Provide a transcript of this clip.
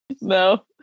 No